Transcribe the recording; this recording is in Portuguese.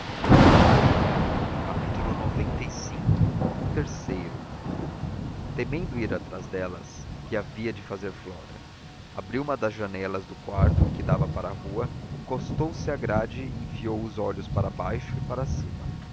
atrás delas xcv o terceiro temendo ir atrás delas que havia de fazer flora abriu uma das janelas do quarto que dava para a rua encostou-se à grade e enfiou os olhos para baixo e para cima